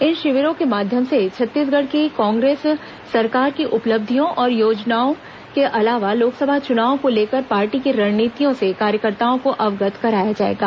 इन शिविरों के माध्यम से छत्तीसगढ़ की कांग्रेस सरकार की उपलब्धियों और योजनाओं के अलावा लोकसभा चुनाव को लेकर पार्टी की रणनीतियों से कार्यकर्ताओं को अवगत कराया जाएगा